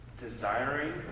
desiring